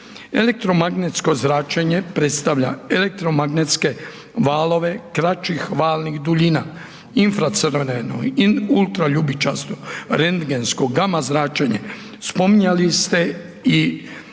Elektromagnetsko zračenje predstavlja elektromagnetske valove kraćih valnih duljina, infracrveno, ultraljubičasto, rendgensko, gama zračenje, spominjali ste i